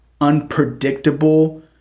unpredictable